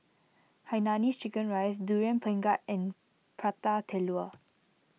Hainanese Chicken Rice Durian Pengat and Prata Telur